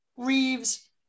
Reeves